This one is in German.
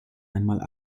einmal